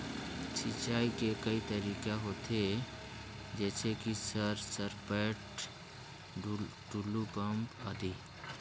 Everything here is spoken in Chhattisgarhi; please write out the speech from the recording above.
सिंचाई के कई तरीका होथे? जैसे कि सर सरपैट, टुलु पंप, आदि?